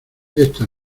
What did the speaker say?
esta